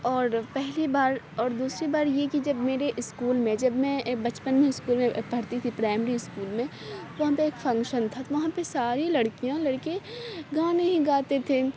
اور پہلی بار اور دوسری بار یہ کہ جب میرے اسکول میں جب میں بچپن میں اسکول میں پڑھتی تھی پرائمری اسکول میں تو وہاں پہ ایک فنگشن تھا وہاں پہ ساری لڑکیاں لڑکے گانے ہی گاتے تھے